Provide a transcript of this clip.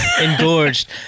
Engorged